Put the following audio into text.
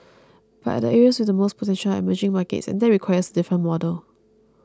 but the areas with the most potential are emerging markets and that requires a different model